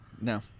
No